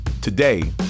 Today